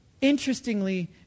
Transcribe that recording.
Interestingly